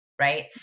Right